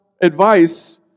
advice